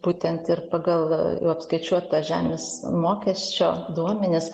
būtent ir pagal apskaičiuotą žemės mokesčio duomenis